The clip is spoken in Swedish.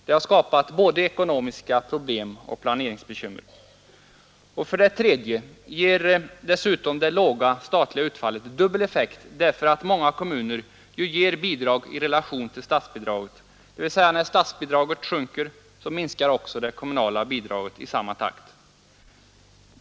Det har skapat både ekonomiska problem och planeringsbekymmer. För det tredje ger dessutom det låga statliga utfallet dubbel effekt därför att många kommuner ger bidrag i relation till statsbidraget, dvs. när statsbidraget sjunker, minskar också det kommunala bidraget i samma takt.